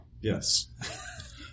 Yes